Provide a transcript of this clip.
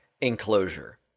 Enclosure